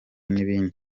n’ibindi